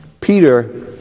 Peter